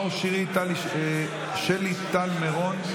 נאור שירי ושלי טל מירון,